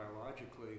biologically